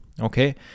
Okay